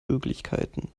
möglichkeiten